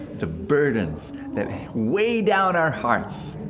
the burdens that weigh down our hearts.